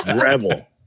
Rebel